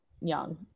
young